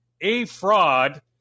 A-Fraud